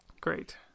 Great